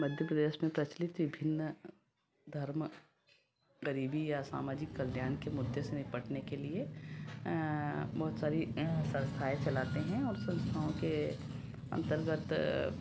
मध्य प्रदेश में प्रचलित विभिन्न धर्म गरीबी या सामाजिक कल्याण के मुद्दे से निपटने के लिए बोहोत सारी संस्थाएँ चलाते हैं और संस्थाओं के अंतर्गत